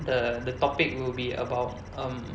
the the topic will be about um